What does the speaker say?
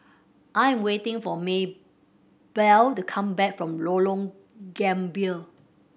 I am waiting for Maybell to come back from Lorong Gambir